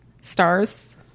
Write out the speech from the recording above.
stars